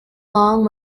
long